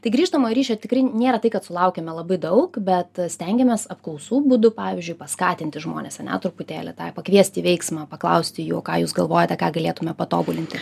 tai grįžtamojo ryšio tikrai nėra tai kad sulaukiame labai daug bet stengiamės apklausų būdu pavyzdžiui paskatinti žmones ane truputėlį tą pakviesti į veiksmą paklausti jų o ką jūs galvojate ką galėtume patobulinti